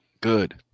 Good